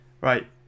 Right